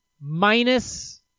minus